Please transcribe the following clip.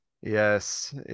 yes